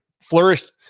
flourished